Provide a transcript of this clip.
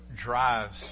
drives